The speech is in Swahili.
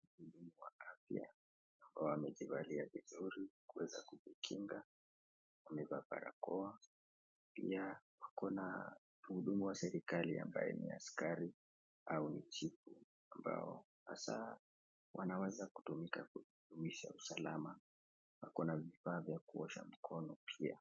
Mhudumu wa afya ambaye amejivalia vizuri kuweza kujikinga, amevaa barakoa pia ako na mhudumu wa serikali ambaye ni askari au ni chifu hasa wanaweza kutumika kudumisha usalama, wako na vifaa ya kuosha mikono pia.